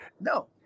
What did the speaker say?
No